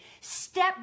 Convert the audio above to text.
step